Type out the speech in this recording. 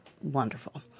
wonderful